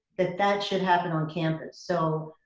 that that should happen on campus. so,